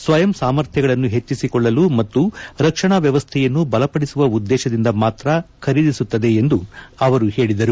ಸ್ವಯಂ ಸಾಮರ್ಥ್ಯಗಳನ್ನು ಹೆಚ್ಚಿಸಿಕೊಳ್ಳಲು ಮತ್ತು ರಕ್ಷಣಾ ವ್ವವಸ್ಥೆಯನ್ನು ಬಲಪಡಿಸುವ ಉದ್ದೇಶದಿಂದ ಮಾತ್ರ ಖರೀದಿಸುತ್ತದೆ ಎಂದು ಅವರು ಹೇಳಿದರು